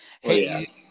hey